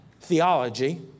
theology